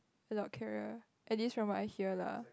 a lot clearer at least from what I hear lah